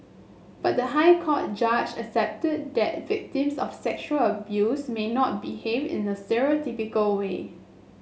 but the High Court judge accepted that victims of sexual abuse may not behave in a way